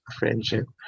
friendship